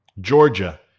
Georgia